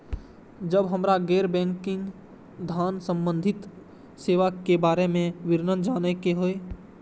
जब हमरा गैर बैंकिंग धान संबंधी सेवा के बारे में विवरण जानय के होय?